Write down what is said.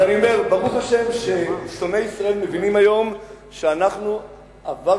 אז אני אומר: ברוך השם ששונאי ישראל מבינים היום שאנחנו עברנו